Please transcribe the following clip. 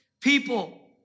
people